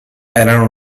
erano